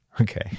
Okay